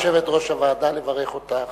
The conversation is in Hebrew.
תרשי לי, יושבת-ראש הוועדה, לברך אותך,